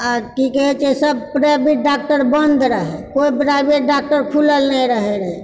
आ कि कहै छै सभ प्राइभेट डॉक्टर बन्द रहए कोए प्राइभेट डॉक्टर खुलल नहि रहैत रहए